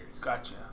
Gotcha